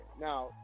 now